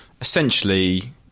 essentially